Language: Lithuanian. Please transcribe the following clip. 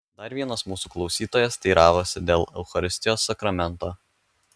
dar vienas mūsų klausytojas teiravosi dėl eucharistijos sakramento